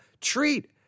treat